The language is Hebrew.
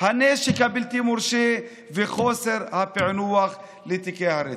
הנשק הבלתי-מורשה וחוסר הפענוח של תיקי הרצח.